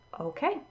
okay